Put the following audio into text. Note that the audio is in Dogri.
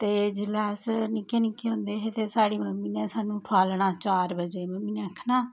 ते जिल्लै अस निक्के निक्के हुंदे हे ते स्हाड़ी मम्मी ने स्हानू ठुालना चार बजे मम्मी ने आखना इनेंगी